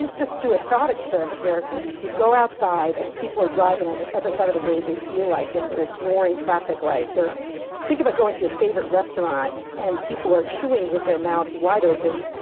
just do a thought experiment where you go outside, and people are driving on whatever side of the road they feel like. and they're ignoring traffic lights. or think about going to your favorite restaurant, and people are chewing with their mouths wide open.